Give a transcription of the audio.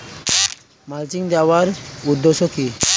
Mulching দেওয়ার উদ্দেশ্য কি?